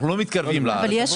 אנחנו לא מתקרבים לערים האלה.